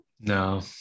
No